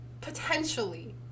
potentially